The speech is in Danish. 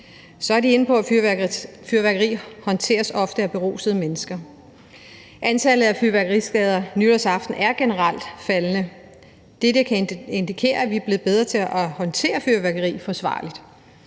Så er de inde på, at fyrværkeri ofte håndteres af berusede mennesker. Antallet af fyrværkeriskader nytårsaften er generelt faldende. Dette kan indikere, at vi er blevet bedre til at håndtere fyrværkeri forsvarligt.